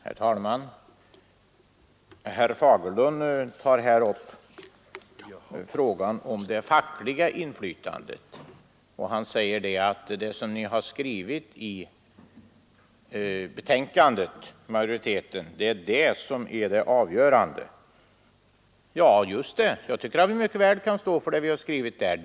Herr talman! Herr Fagerlund tar upp frågan om det fackliga inflytandet och säger att det som majoriteten har skrivit i betänkandet är det avgörande. Ja, just det. Jag tycker att vi mycket väl kan stå för vad vi har skrivit.